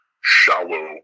shallow